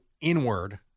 inward